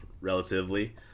relatively